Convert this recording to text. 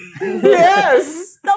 Yes